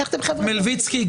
מלביצקי,